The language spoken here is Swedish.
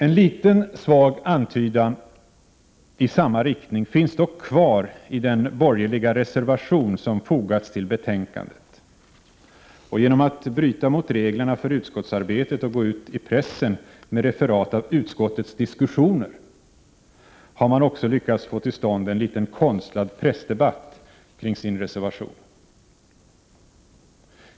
En liten och svag antydan i samma riktning finns dock kvar i den borgerliga reservation som fogats till betänkandet. Genom att bryta mot reglerna för utskottsarbetet och gå ut i pressen med referat av utskottets diskussioner, har de borgerliga partierna också lyckats få till stånd en liten konstlad pressdebatt kring sin reservation.